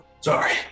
Sorry